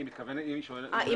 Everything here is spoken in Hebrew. היא שואלת אם -- את מתכוונת אם